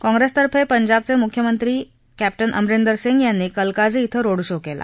काँग्रेसतर्फे पंजाबचे मुख्यमंत्री कॅप्टन अमरिंदर सिंग यांनी कलकाजी इथं रोड शो केला